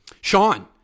Sean